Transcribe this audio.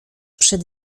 przed